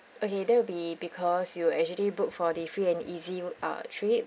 okay that will be because you actually book for the free and easy uh trip